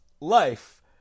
life